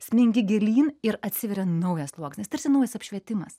smingi gilyn ir atsiveria naujas sluoksnis tarsi naujas apšvietimas